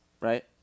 right